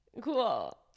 Cool